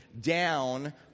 down